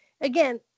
again